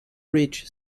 reach